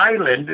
island